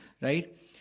right